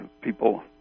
People